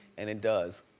and it does.